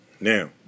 Now